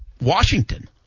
Washington